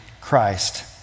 Christ